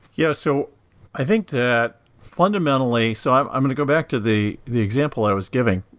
yeah. so i think that fundamentally so i'm i'm going to go back to the the example i was giving,